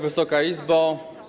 Wysoka Izbo!